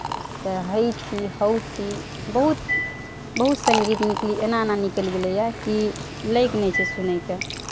तऽ हय ची हउ ची बहुत बहुत संगीत निकली एना एना निकैल गेलैय की लोक नहि छै सुनै के